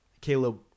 Caleb